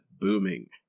booming